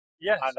Yes